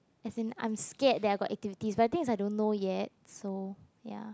as in I'm scare that got activities but I think I don't know yet so ya